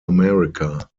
america